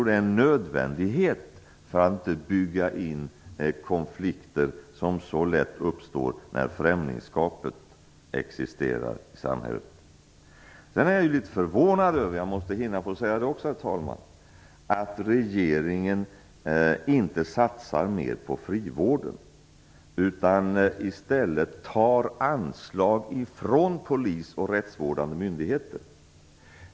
Det är en nödvändighet för att inte bygga in konflikter som så lätt uppstår när främlingsskapet existerar i samhället. Herr talman! Jag måste också hinna få säga att jag är litet förvånad över att regeringen inte satsar mer på frivården utan i stället tar anslag från polisen och rättsvårdande myndigheter.